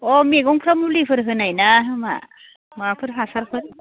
अ' मैगंफ्रा मुलिफोर होनाय ना मा माफोर हासारफोर